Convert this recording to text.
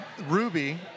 Ruby